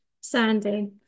Sandy